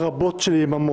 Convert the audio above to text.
רביזיה.